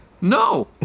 No